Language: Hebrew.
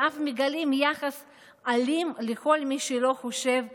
ואף מגלים יחס אלים לכל מי שלא חושב כמוהם.